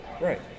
Right